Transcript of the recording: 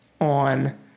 on